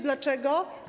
Dlaczego?